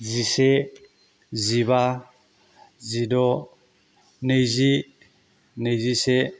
जिसे जिबा जिद' नैजि नैजिसे